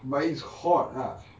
but it's hot ah